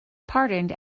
pardoned